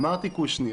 אמרתי קושניר.